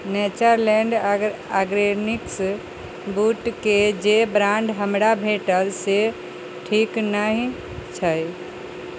Natureland organics बूटके जे brand हमरा भेटल से ठीक नहि छै